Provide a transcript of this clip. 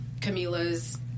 Camila's